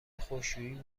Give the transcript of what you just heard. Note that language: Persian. خشکشویی